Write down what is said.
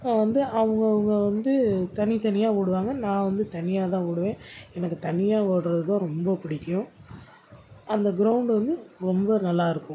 வந்து அவங்கவுங்க வந்து தனித் தனியாக ஓடுவாங்க நான் வந்து தனியாக தான் ஓடுவேன் எனக்கு தனியா ஓடுறது தான் ரொம்ப பிடிக்கும் அந்த க்ரௌண்டு வந்து ரொம்ப நல்லாயிருக்கும்